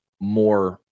more